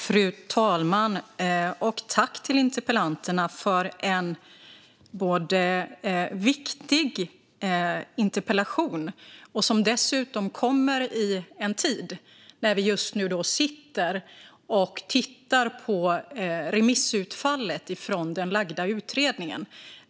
Fru talman! Jag vill tacka interpellanterna för viktiga interpellationer som dessutom kommer samtidigt som vi just nu tittar på remissutfallet från den framlagda utredningen.